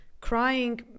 crying